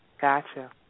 gotcha